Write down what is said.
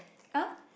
!huh!